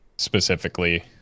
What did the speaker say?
specifically